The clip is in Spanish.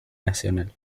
nacional